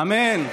אמן.